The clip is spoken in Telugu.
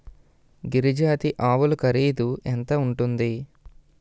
గిరి జాతి ఆవులు ఖరీదు ఎంత ఉంటుంది?